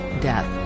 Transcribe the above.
death